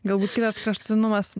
galbūt kitas kraštutinumas